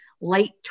late